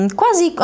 quasi